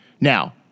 Now